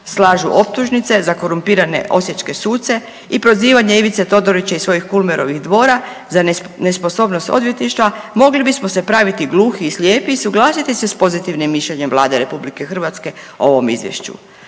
slažu optužnice za korumpirane osječke suce i prozivanje Ivice Todorića iz svojih Kulmerovih dvora za nesposobnost odvjetništva mogli bismo se praviti gluhi i slijepi i suglasiti se s pozitivnim mišljenjem Vlade RH o ovom izvješću.